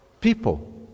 people